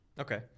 Okay